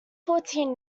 fourteen